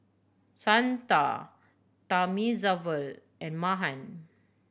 Santha Thamizhavel and Mahan